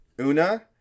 Una